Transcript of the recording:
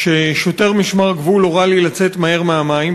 שוטר משמר הגבול הורה לי לצאת מהר מהמים.